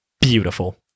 Beautiful